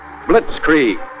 Blitzkrieg